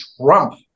Trump